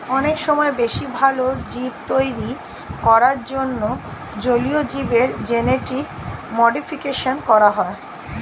অনেক সময় বেশি ভালো জীব তৈরী করার জন্যে জলীয় জীবের জেনেটিক মডিফিকেশন করা হয়